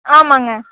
ஆமாம்ங்க